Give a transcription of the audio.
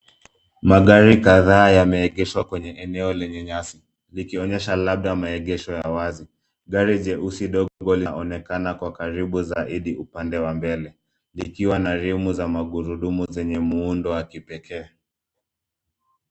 Magari kadhaa yameegeshwa kwenye eneo lenye nyasi likionyesha labda maegesho ya wazi. Gari jeusi ndogo laonekana kwa karibu zaidi upande wa mbele likiwa na rimu za magurudumu zenye muundo wa kipekee.